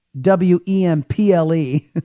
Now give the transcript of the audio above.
W-E-M-P-L-E